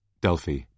Delphi